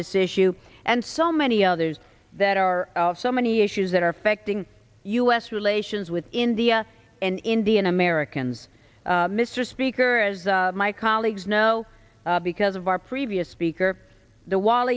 this issue and so many others that are out so many issues that are affecting u s relations with india and indian americans mr speaker as my colleagues know because of our previous speaker the w